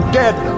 dead